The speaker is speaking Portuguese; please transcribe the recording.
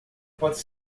pode